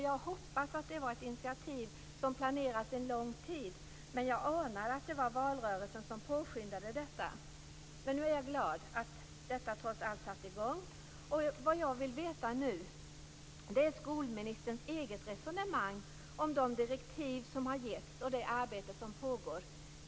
Jag hoppas att det var ett initiativ som hade planerats en lång tid, men jag anar att det var valrörelsen som påskyndade detta. Nu är jag glad att detta trots allt har satt i gång. Vad jag vill veta nu är skolministerns eget resonemang om de direktiv som har getts och det arbete som pågår.